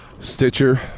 Stitcher